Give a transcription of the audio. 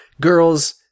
Girls